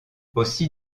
aussi